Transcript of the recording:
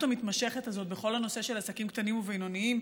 המתמשכת הזאת בכל הנושא של עסקים קטנים ובינוניים.